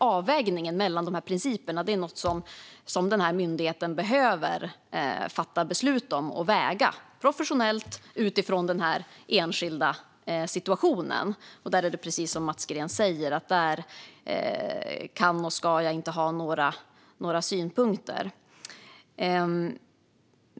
Avvägningen mellan de principerna är något som denna myndighet behöver göra och fatta beslut om professionellt utifrån den enskilda situationen. Där kan och ska jag inte ha några synpunkter, precis som Mats Green säger.